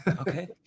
Okay